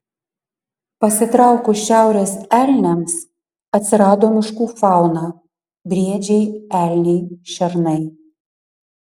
pasitraukus šiaurės elniams atsirado miškų fauna briedžiai elniai šernai